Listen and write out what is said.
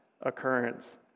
occurrence